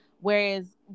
whereas